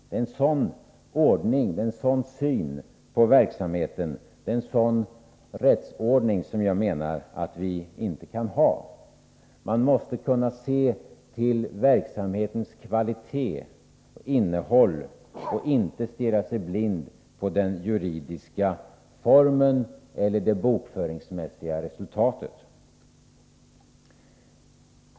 Det är en sådan syn på verksamheten och en sådan rättsordning som jag menar att vi inte kan ha. Man måste kunna se till verksamhetens kvalitet och innehåll och inte stirra sig blind på den juridiska formen eller det bokföringsmässiga resultatet.